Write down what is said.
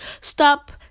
stop